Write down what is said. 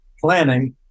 planning